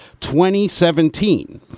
2017